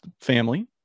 family